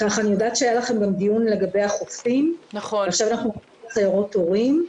אני יודעת שהיה לכם גם דיון לגבי החופים ועכשיו אנחנו בסיירות הורים.